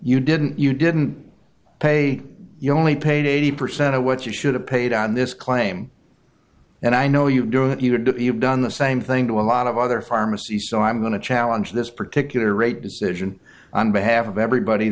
you didn't you didn't pay you only paid eighty percent of what you should have paid on this claim and i know you do it you do you have done the same thing to a lot of other pharmacies so i'm going to challenge this particular rate decision on behalf of everybody